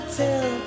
tell